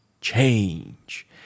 change